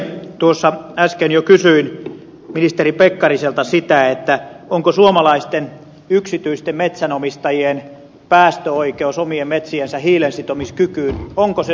tuossa äsken jo kysyin ministeri pekkariselta sitä onko suomalaisten yksityisten metsänomistajien päästöoikeus omien metsiensä hiilensitomiskykyyn sosialisoitu